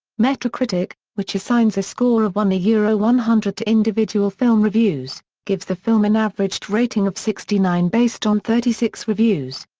metacritic, which assigns a score of one yeah one hundred to individual film reviews, gives the film an averaged rating of sixty nine based on thirty six reviews.